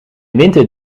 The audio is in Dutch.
winter